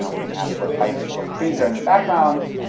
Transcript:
yeah we can ask what type of trees are in the background.